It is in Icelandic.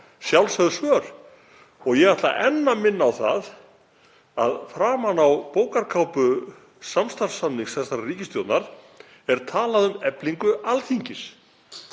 sjálfsögð svör. Ég ætla enn að minna á það að framan á bókarkápu samstarfssamnings þessarar ríkisstjórnar er talað um eflingu Alþingis.